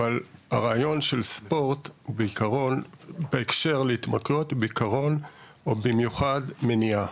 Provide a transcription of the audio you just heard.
אבל הרעיון של הספורט בעיקרון בהקשר להתמכרויות הוא במיוחד מניעה,